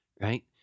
Right